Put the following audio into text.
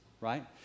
right